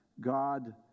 God